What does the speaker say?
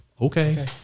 Okay